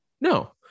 No